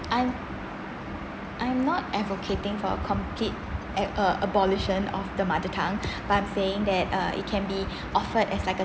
I'm I'm not advocating for a complete a~ a~ abolition of the mother tongue but I'm saying that uh it can be offered as like a